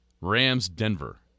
Rams-Denver